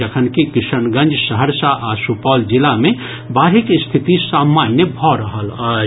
जखन कि किशनगंज सहरसा आ सुपौल जिला मे बाढ़िक स्थिति सामान्य भऽ रहल अछि